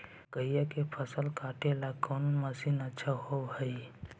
मकइया के फसल काटेला कौन मशीन अच्छा होव हई?